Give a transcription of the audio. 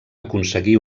aconseguí